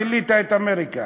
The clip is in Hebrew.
גילית את אמריקה,